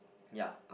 yeah